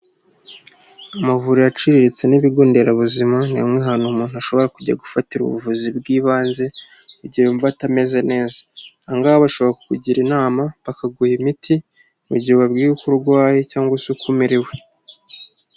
Amavuriro aciriritse n'ibigo nderabuzima, ni imwe ahantu umuntu ashobora kujya gufatira ubuvuzi bw'ibanze, igihe wumva atameze neza, aha ngaha bashobora kukugira inama, bakaguha imiti, igihe ubabwira uko urwaye cyangwa se usu uko umerewe.